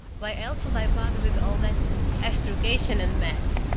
why else would i bother with all that astrogation and math?